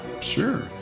Sure